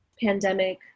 pandemic